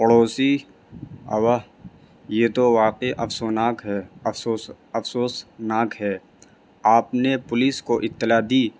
پڑوسی واہ یہ تو واقعی افسوناک ہے افسوس افسوس ناک ہے آپ نے پولیس کو اطلاع دی